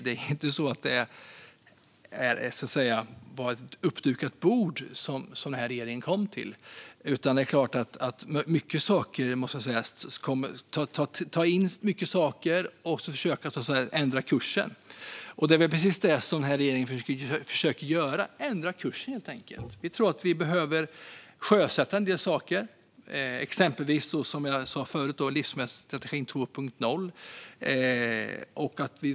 Det är inte så att det var ett uppdukat bord som regeringen kom fram till. Det är fråga om att ta in många saker och försöka ändra kursen. Det är precis vad regeringen försöker göra, det vill säga ändra kursen. Vi tror att vi behöver sjösätta en del saker, exempelvis livsmedelsstrategin 2.0.